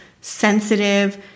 sensitive